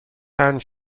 کانس